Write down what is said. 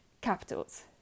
capitals